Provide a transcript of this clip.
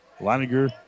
Leininger